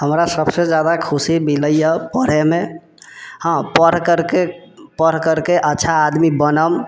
हमरा सबसँ जादा खुशी मिलैय पढ़ैमे हँ पढ़करके पढ़करके अच्छा आदमी बनम